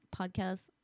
podcast